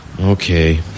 okay